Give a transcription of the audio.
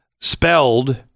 spelled